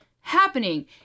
happening